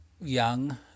young